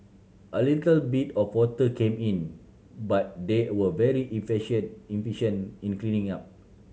a little bit of water came in but they were very efficient efficient in cleaning up